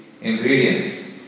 ingredients